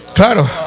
Claro